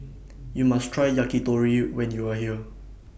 YOU must Try Yakitori when YOU Are here